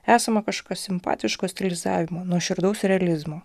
esama kažkokio simpatiško stilizavimo nuoširdaus realizmo